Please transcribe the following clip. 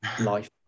life